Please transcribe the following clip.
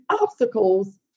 obstacles